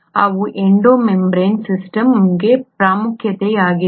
ಅದು endomembrane ಸಿಸ್ಟಮ್ನ ಪ್ರಾಮುಖ್ಯತೆಯಾಗಿದೆ